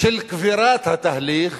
של קבירת התהליך,